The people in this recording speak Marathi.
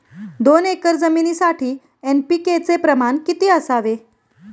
दोन एकर जमीनीसाठी एन.पी.के चे प्रमाण किती असावे?